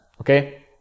Okay